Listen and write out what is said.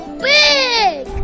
big